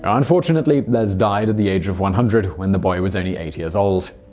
unfortunately, les died at the age of one hundred, when the boy was only eight years old.